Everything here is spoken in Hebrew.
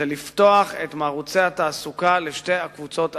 זה לפתוח את ערוצי התעסוקה לשתי הקבוצות הללו,